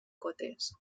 cotes